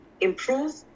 improve